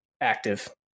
active